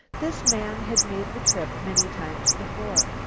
this man had made the trip many times before.